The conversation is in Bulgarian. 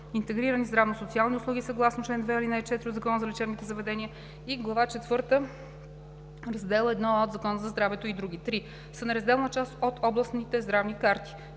интегрирани здравно-социални услуги съгласно чл. 2, ал. 4 от Закона за лечебните заведения и глава четвърта, раздел Iа от Закона за здравето и други; 3. са неразделна част от областните здравни карти.